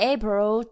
April